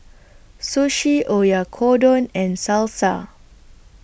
Sushi Oyakodon and Salsa